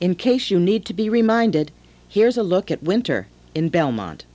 in case you need to be reminded here's a look at winter in belmont